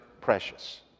precious